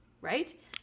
right